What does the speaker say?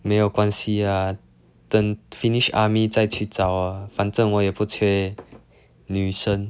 没有关系 lah 等 finish army 再去找 ah 反正我也不缺女生